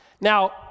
Now